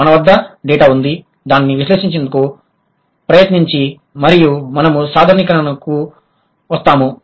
మన వద్ద డేటా ఉంది దానిని విశ్లేషించేందుకు ప్రయత్నించి మరియు మనము సాధారణీకరణకు వస్తాము